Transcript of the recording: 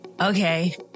Okay